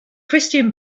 christian